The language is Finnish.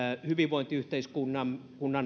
hyvinvointiyhteiskuntamme